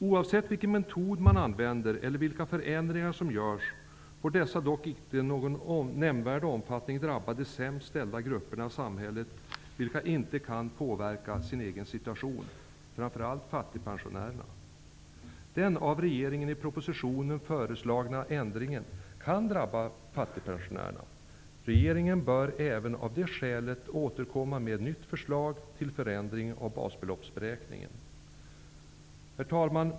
Oavsett vilken metod man använder eller vilka förändringar som görs får dessa inte i någon nämnvärd omfattning drabba de sämst ställda grupperna i samhället, vilka inte kan påverka sin egen situation -- framför allt fattigpensionärerna. Den av regeringen i propositionen föreslagna ändringen kan drabba fattigpensionärerna. Regeringen bör även av det skälet återkomma med ett nytt förslag till förändring av basbeloppsberäkningen. Herr talman!